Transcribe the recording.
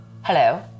Hello